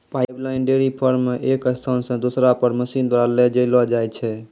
pipeline dairy farm मे एक स्थान से दुसरा पर मशीन द्वारा ले जैलो जाय छै